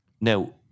Now